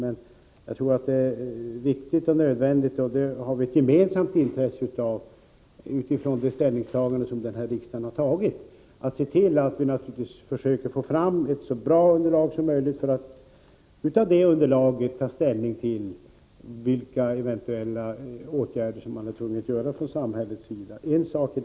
Men jag tror det är riktigt och nödvändigt — och det har vi ett gemensamt intresse av utifrån det ställningstagande som riksdagen har fattat — att försöka få fram ett så bra underlag som möjligt för att därefter ta ställning till vilka åtgärder som man — Nr 63 från samhällets sida är tvungen att vidta.